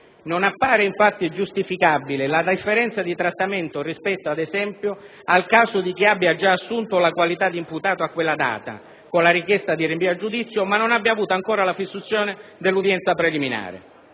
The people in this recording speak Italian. Non appare infatti giustificabile la differenza di trattamento rispetto, ad esempio, al caso di chi abbia già assunto la qualità di imputato a quella data, con la richiesta di rinvio a giudizio, ma non abbia avuto ancora la fissazione dell'udienza preliminare.